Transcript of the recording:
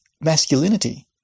masculinity